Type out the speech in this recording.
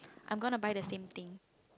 I'm gonna buy the same thing